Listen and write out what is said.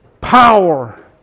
power